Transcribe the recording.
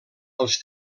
els